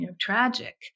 tragic